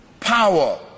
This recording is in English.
power